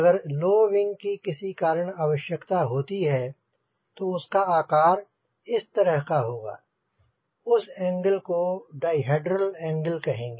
अगर low wing की किसी कारण आवश्यकता होती है तो उसका आकार इस तरह का होगा और उस एंगल को डाईहेड्रल एंगल कहेंगे